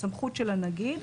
הסמכות של הנגיד,